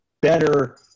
better